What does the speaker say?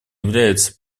является